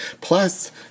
Plus